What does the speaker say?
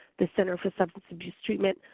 the center for substance abuse treatment,